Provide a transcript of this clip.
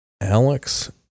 Alex